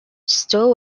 stowe